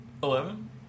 Eleven